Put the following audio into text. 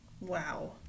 Wow